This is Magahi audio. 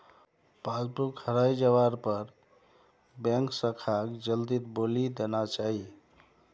पासबुक हराई जवार पर बैंक शाखाक जल्दीत बोली देना चाई